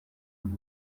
dugu